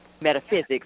metaphysics